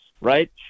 right